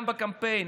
גם בקמפיין,